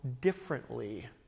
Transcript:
differently